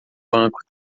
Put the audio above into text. banco